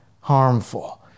harmful